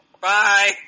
Bye